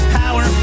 power